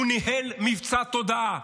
הוא ניהל מבצע תודעה.